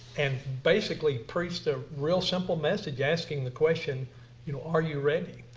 and basically preached a real simple message asking the question you know are you ready?